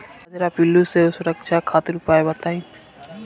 कजरा पिल्लू से सुरक्षा खातिर उपाय बताई?